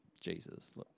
Jesus